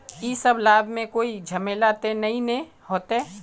इ सब लाभ में कोई झमेला ते नय ने होते?